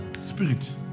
spirit